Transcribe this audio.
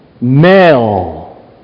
Male